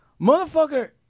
Motherfucker